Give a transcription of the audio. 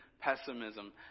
pessimism